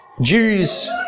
Jews